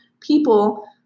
people